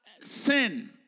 sin